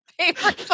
paper